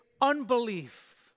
unbelief